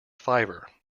fiver